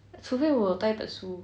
除非我有带一本书